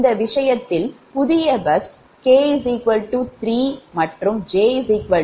இந்த விஷயத்தில் புதிய பஸ் 𝑘 3 மற்றும் 𝑗 1